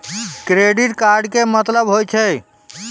Credit card के मतलब होय छै?